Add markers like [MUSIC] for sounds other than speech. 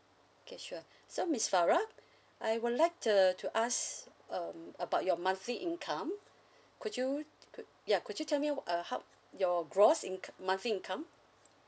okay sure [BREATH] so miss farah [BREATH] I would like to to ask um about your monthly income [BREATH] could you put ya could you tell me what uh how [BREATH] your gross inco~ monthly income